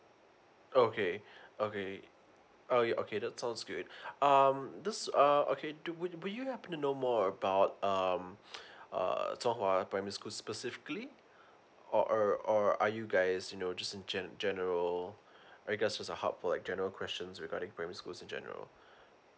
oh okay okay okay okay that sounds good um this uh okay do would you happen to know more about um uh song hwa primary school specifically or err or are you guys you know just in general are you guys a hub for like general questions regarding primary schools in general